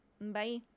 Bye